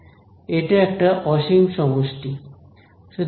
এটা একটা অসীম সমষ্টি